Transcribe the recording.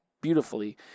beautifully